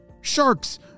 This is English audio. Sharks